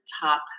top